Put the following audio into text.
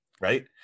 right